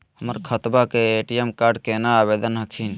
हमर खतवा के ए.टी.एम कार्ड केना आवेदन हखिन?